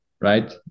Right